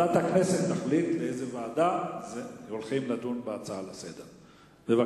ועדת הכנסת תחליט באיזו ועדה ידונו בהצעות לסדר-היום.